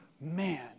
man